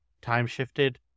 time-shifted